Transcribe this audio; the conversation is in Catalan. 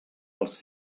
els